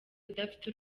udafite